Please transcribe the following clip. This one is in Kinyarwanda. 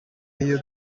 y’iyo